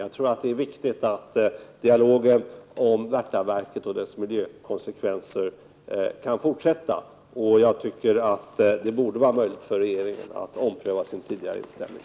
Vidare tror jag att det är viktigt att dialogen om Värtanverket och dess miljökonsekvenser kan fortsätta. Det borde vara möjligt för regeringen att göra en omprövning i fråga om regeringens tidigare inställning.